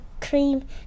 cream